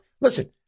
listen